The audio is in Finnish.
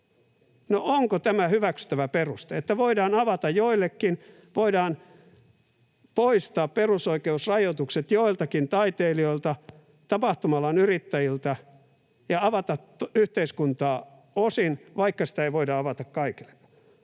onko tämä hyväksyttävä peruste, että voidaan avata joillekin, voidaan poistaa perusoikeusrajoitukset joiltakin, taiteilijoilta, tapahtuma-alan yrittäjiltä, ja avata yhteiskuntaa osin, vaikka ei voida avata kaikille?